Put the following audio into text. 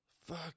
fuck